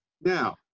Now